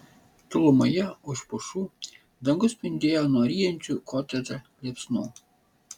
tolumoje už pušų dangus spindėjo nuo ryjančių kotedžą liepsnų